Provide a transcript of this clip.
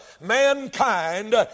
mankind